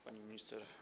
Pani Minister!